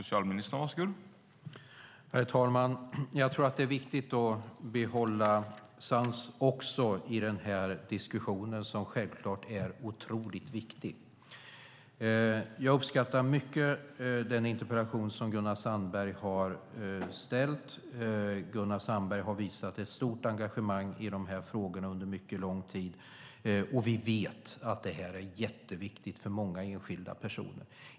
Herr talman! Jag tror att det är viktigt att behålla sansen också i den här diskussionen som självfallet är otroligt viktig. Jag uppskattar mycket den interpellation som Gunnar Sandberg har ställt. Gunnar Sandberg har visat ett stort engagemang i de här frågorna under mycket lång tid. Vi vet att det här är jätteviktigt för många enskilda personer.